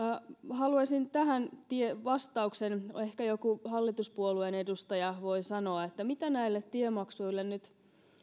haluaisin tähän vastauksen ehkä joku hallituspuolueen edustaja voi sanoa mitä näille tiemaksuille nyt